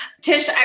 Tish